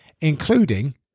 including